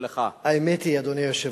האמת היא, אדוני היושב-ראש,